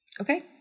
Okay